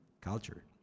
culture